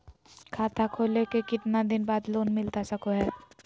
खाता खोले के कितना दिन बाद लोन मिलता सको है?